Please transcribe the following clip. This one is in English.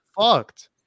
fucked